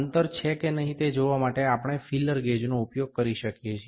અંતર છે કે નહીં તે જોવા માટે આપણે ફીલર ગેજનો ઉપયોગ કરી શકીએ છીએ